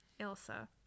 Ilsa